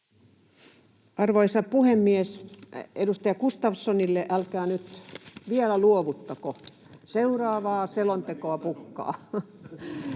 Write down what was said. Arvoisa puhemies! Edustaja Gustafssonille: älkää nyt vielä luovuttako, [Naurua — Jukka